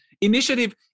initiative